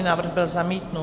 Návrh byl zamítnut.